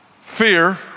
fear